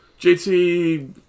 JT